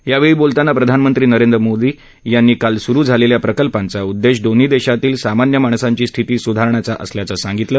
यावेळी बोलताना प्रधानमंत्री नरेंद्र मोदी यांनी काल सुरू झालेल्या प्रकल्पांचा उद्देश दोन्ही देशांतील सामान्य माणसांची स्थिती सुधारण्याचा असल्याचे सांगितले